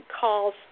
calls